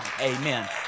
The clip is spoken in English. Amen